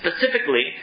specifically